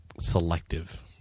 selective